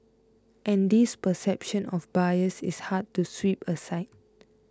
and this perception of bias is hard to sweep aside